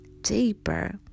deeper